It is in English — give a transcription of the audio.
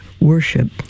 worship